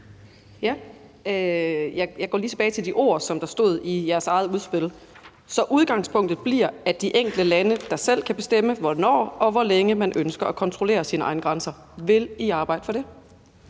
Jeg går lige tilbage til de ord, som der stod i jeres eget udspil: Så udgangspunktet bliver, at det er de enkelte lande, der selv kan bestemme, hvornår og hvor længe man ønsker at kontrollere sine egne grænser. Vil I arbejde for det?